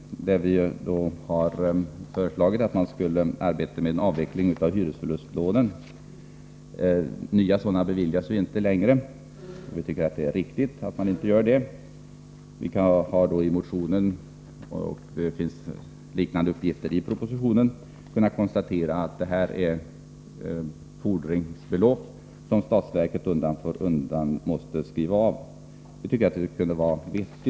Vi hari den föreslagit att man skall arbeta för en avveckling av hyresförlustlånen. Nya sådana beviljas inte längre, vilket vi tycker är riktigt. Vi har i motionen konstaterat att det här rör sig om fordringsbelopp som statsverket undan för undan måste skriva av — liknande uppgifter finns också i propositionen.